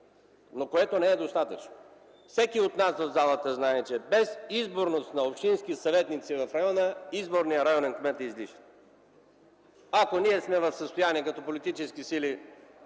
но това не е достатъчно. Всеки от нас в залата знае, че без изборност на общински съветници в района, изборният районен кмет е излишен. Ако ние като политически сили